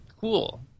cool